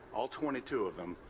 all twenty two of them,